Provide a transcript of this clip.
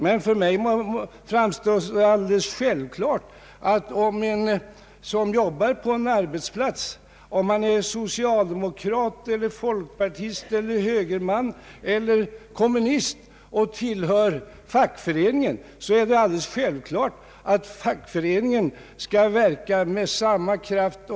Men för mig framstår det som alldeles självklart att fackföreningen skall verka med samma kraft och med samma tyngd för en som jobbar på en arbetsplats och som tillhör fackföreningen oavsett om han är socialdemokrat, folkpartist, moderat eller kommunist.